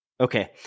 Okay